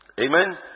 Amen